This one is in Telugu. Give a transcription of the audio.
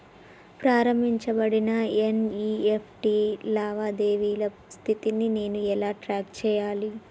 ప్రారంభించబడిన ఎన్.ఇ.ఎఫ్.టి లావాదేవీల స్థితిని నేను ఎలా ట్రాక్ చేయాలి?